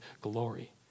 glory